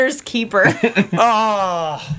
Keeper